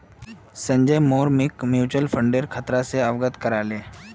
संजय मोर मइक म्यूचुअल फंडेर खतरा स अवगत करा ले